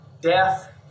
death